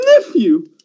nephew